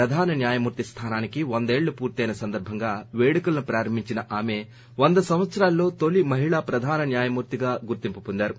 ప్రధాన న్యాయమూర్తి స్టానానికి వందేళ్లు పూర్తి అయిన సందర్బంగా వేడుకలను ప్రారంభించిన ఆమె వంద సంవత్సరాల్లో తొలి మహిళ ప్రధాన న్యాయమూర్తిగా గుర్తింపు పొందారు